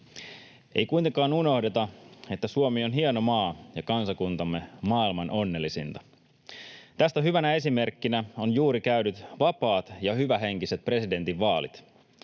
Ei kuitenkaan unohdeta, että Suomi on hieno maa ja kansakuntamme maailman onnellisinta. Tästä hyvänä esimerkkinä on juuri käydyt vapaat ja hyvähenkiset presidentinvaalit.